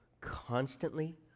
constantly